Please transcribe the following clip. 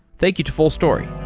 thank you to fullstory